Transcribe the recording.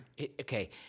Okay